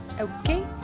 Okay